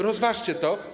Rozważcie to.